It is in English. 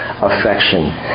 affection